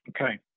Okay